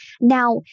Now